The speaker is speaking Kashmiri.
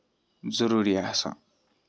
ضروٗری آسان